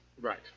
Right